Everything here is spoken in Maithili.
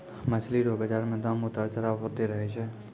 मछली रो बाजार मे दाम उतार चढ़ाव होते रहै छै